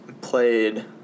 played